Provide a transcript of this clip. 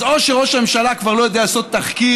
אז או שראש הממשלה כבר לא יודע לעשות תחקיר